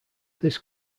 this